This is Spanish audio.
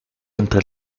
entre